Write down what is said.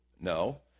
No